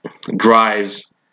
drives